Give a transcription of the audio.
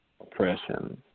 oppression